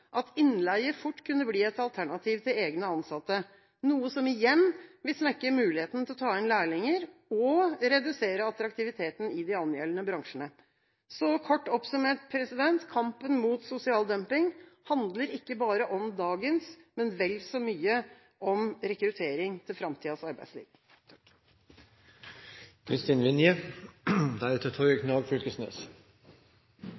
at innleie fort kunne bli et alternativ til egne ansatte, noe som igjen vil svekke muligheten til å ta inn lærlinger og redusere attraktiviteten i de angjeldende bransjene. Kort oppsummert: Kampen mot sosial dumping handler ikke bare om dagens, men vel så mye om rekruttering til framtidas arbeidsliv.